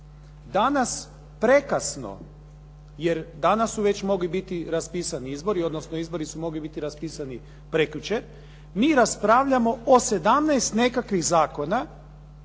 Danas prekasno jer danas su već mogli biti raspisati izbori, odnosno izbori su mogli biti raspisani prekjučer. Mi raspravljamo o 17 nekakvih zakona